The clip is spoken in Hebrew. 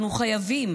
אנחנו חייבים,